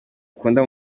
ukunda